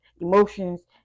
emotions